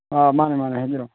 ꯑꯥ ꯃꯥꯅꯦ ꯃꯥꯅꯦ ꯍꯥꯏꯕꯤꯔꯛꯑꯣ